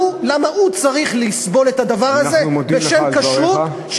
למה הוא צריך לסבול את הדבר הזה בשם כשרות,